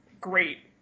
great